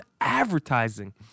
advertising